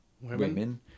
women